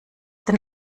den